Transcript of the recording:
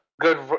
good